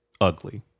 ugly